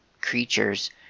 creatures